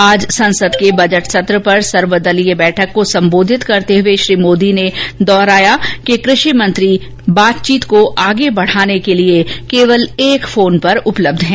आज संसद के बजट सत्र पर सर्वदलीय बैठक को संबोधित करते हुए श्री मोदी ने दोहराया कि कृषि मंत्री बातचीत को आगे बढ़ाने के लिए केवल एक फोन पर उपलब्ध हैं